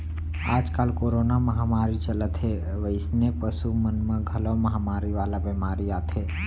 आजकाल कोरोना महामारी चलत हे वइसने पसु मन म घलौ महामारी वाला बेमारी आथे